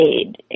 aid